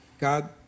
God